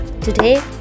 today